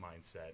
mindset